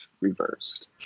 reversed